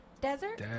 Desert